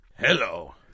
Hello